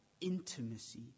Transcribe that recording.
intimacy